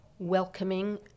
welcoming